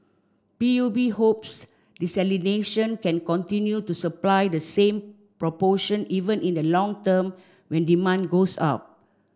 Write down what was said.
P U B hopes desalination can continue to supply the same proportion even in the long term when demand goes up